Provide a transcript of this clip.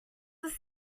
does